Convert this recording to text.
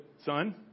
son